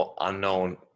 unknown